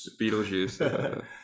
Beetlejuice